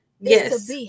Yes